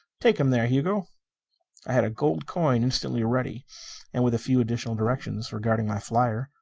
take him there, hugo. i had a gold coin instantly ready and with a few additional directions regarding my flyer,